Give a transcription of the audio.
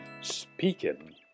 speaking